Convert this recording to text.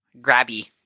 Grabby